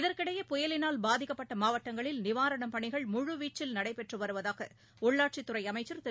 இதற்கிடையே புயலினால் பாதிக்கப்பட்டமாவட்டங்களில் நிவாரணப் பணிகள் முழுவீச்சில் நடைபெற்றுவருவதாகஉள்ளாட்சித் துறைஅமைச்சர் திரு